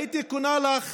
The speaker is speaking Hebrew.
הייתי קונה לך